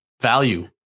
value